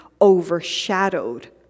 overshadowed